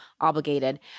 obligated